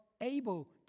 able